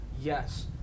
Yes